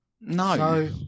No